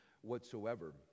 whatsoever